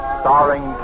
starring